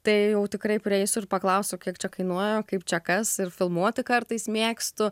tai jau tikrai prieisiu ir paklausiu kiek čia kainuoja o kaip čia kas ir filmuoti kartais mėgstu